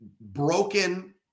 broken